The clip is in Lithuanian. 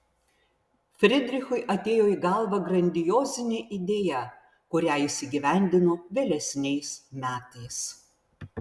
fridrichui atėjo į galvą grandiozinė idėja kurią jis įgyvendino vėlesniais metais